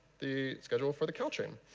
the schedule for the caltrain.